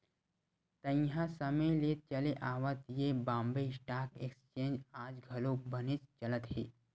तइहा समे ले चले आवत ये बॉम्बे स्टॉक एक्सचेंज आज घलो बनेच चलत हे